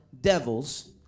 devils